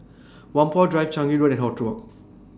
Whampoa Drive Changi Road and